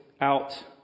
out